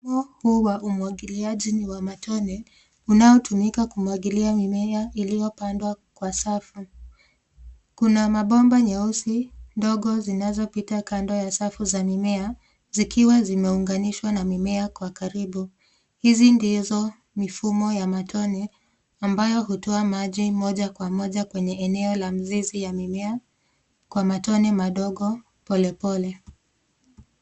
...huu wa umwagiliaji ni wa matone unaotumika kumwagilia mimea iliyopandwa kwa safu. Kuna mabomba nyeusi ndogo zinazopita kando ya safu za mimea zikiwa zimeunganishwa na mimea kwa karibu. Hizi ndizo mifumo ya matone ambayo hutoa maji moja kwa moja kwenye eneo la mzizi ya mimea kwa matone madogo polepole.